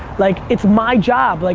like, it's my job. like